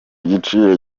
giciro